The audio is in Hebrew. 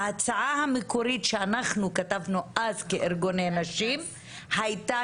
ההצעה המקורית שאנחנו כתבנו אז כארגוני נשים הייתה